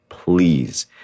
please